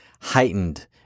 heightened